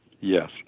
Yes